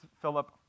Philip